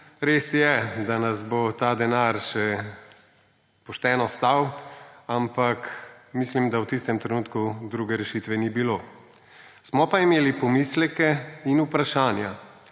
Res je, da nas bo ta denar še pošteno stal, ampak mislim, da v tistem trenutku druge rešitve ni bilo. Smo pa imeli pomisleke in vprašanja